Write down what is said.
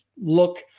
look